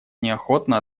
неохотно